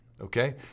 Okay